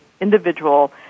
individual